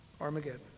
Armageddon